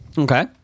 Okay